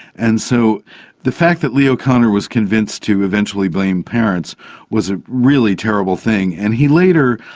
and so the fact that leo kanner was convinced to eventually blame parents was a really terrible thing. and he later,